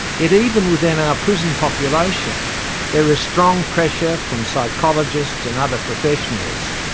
yet even within our prison population there is strong pressure, from psychologists and other professionals,